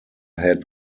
head